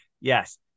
yes